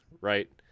right